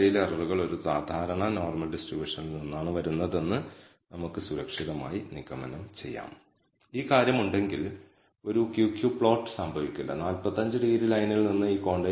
ഇപ്പോൾ നമ്മൾ ഒരു സ്ഥിരമായ മോഡൽ അനുമാനിക്കുകയാണെങ്കിൽ നിങ്ങൾക്ക് SS ടോട്ടൽ t യുടെ ഗുണമായി വേർതിരിക്കാം നമുക്ക് SSE യെ ലീനിയർ മോഡലിന്റെ t യുടെ ഗുണമായി വ്യാഖ്യാനിക്കാം അതിനാൽ ഒരു പരിശോധന നടത്താൻ നമുക്ക് ഇത് ഉപയോഗിക്കാം